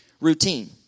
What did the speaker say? routine